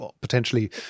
potentially